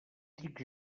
dic